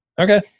Okay